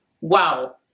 wow